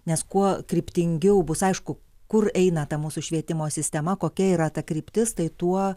nes kuo kryptingiau bus aišku kur eina ta mūsų švietimo sistema kokia yra ta kryptis tai tuo